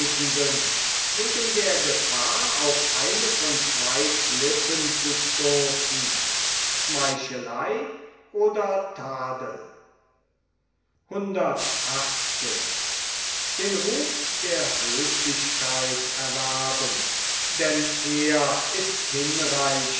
wegen der gefahr auf eine von zwei klippen zu stoßen schmeichelei oder tadel denn er ist hinreichend